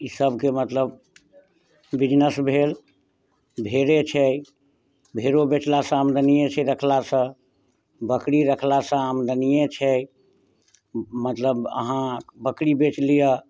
ई सबके मतलब बिजनेस भेल भेड़े छै भेड़ो बेचलासँ आमदनिये छै रखलासँ बकरी रखलासँ आमदनिये छै मतलब अहाँ बकरी बेच लिअ